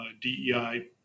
DEI